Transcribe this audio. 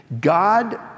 God